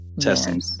testing